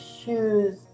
shoes